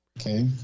Okay